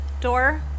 door